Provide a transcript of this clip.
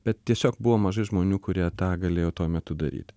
bet tiesiog buvo mažai žmonių kurie tą galėjo tuo metu daryt